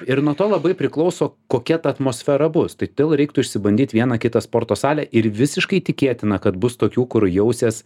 ir nuo to labai priklauso kokia ta atmosfera bus tai todėl reiktų išsibandyt vieną kitą sporto salę ir visiškai tikėtina kad bus tokių kur jausies